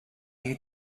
you